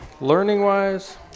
Learning-wise